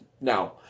now